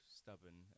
stubborn